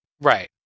Right